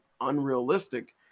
unrealistic